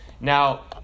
Now